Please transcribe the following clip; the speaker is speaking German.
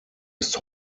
ist